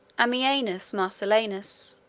ammianus marcellinus,